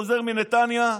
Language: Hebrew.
חוזר מנתניה,